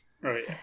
Right